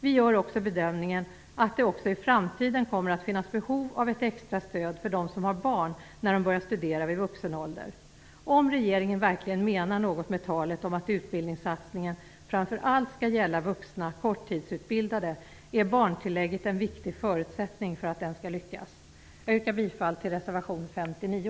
Vi gör också bedömningen att det också i framtiden kommer att finnas behov av ett extra stöd för dem som har barn när de börjar studera vid vuxen ålder. Om regeringen verkligen menar något med talet om att utbildningssatsningen framför allt skall gälla vuxna korttidsutbildade är barntillägget en viktig förutsättning för att den skall lyckas. Jag yrkar bifall till reservation 59.